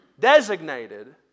designated